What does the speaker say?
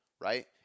right